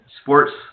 sports